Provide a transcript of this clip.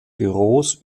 büros